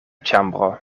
ĉambro